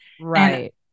Right